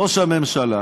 ראש הממשלה,